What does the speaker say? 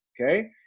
Okay